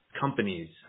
companies